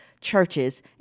churches